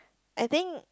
I think